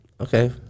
Okay